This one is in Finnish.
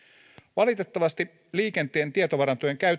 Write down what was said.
valitettavasti liikenteen tietovarantojen